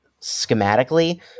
schematically